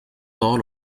todos